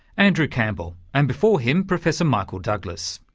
andrew campbell and before him, professor michael douglas.